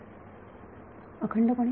विद्यार्थी अखंडपणे